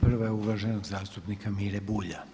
Prva je uvaženog zastupnika Mire Bulja.